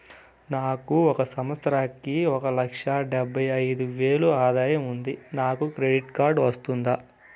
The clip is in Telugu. నాకు ఒక సంవత్సరానికి ఒక లక్ష డెబ్బై అయిదు వేలు ఆదాయం ఉంది నాకు క్రెడిట్ కార్డు వస్తుందా?